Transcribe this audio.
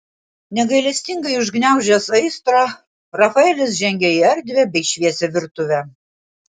negailestingai užgniaužęs aistrą rafaelis žengė į erdvią bei šviesią virtuvę